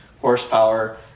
horsepower